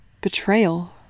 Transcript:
betrayal